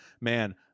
man